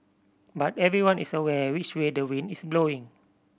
but everyone is aware which way the wind is blowing